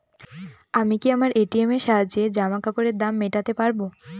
আমি কি আমার এ.টি.এম এর সাহায্যে জামাকাপরের দাম মেটাতে পারব?